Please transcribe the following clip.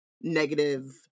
negative